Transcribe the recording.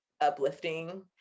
uplifting